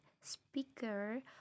speaker